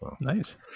nice